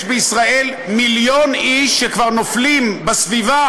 יש בישראל מיליון איש שכבר נופלים בסביבה